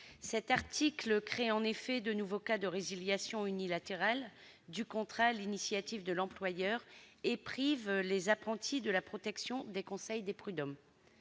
Cet article crée en effet de nouveaux cas de résiliation unilatérale du contrat sur l'initiative de l'employeur et prive les apprentis de la protection des conseils de prud'hommes.